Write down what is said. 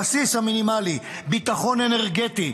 הבסיס המינימלי הוא ביטחון אנרגטי,